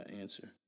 answer